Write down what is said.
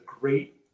great